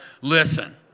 listen